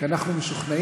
כי אנחנו משוכנעים,